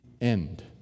end